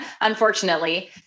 unfortunately